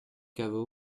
caveau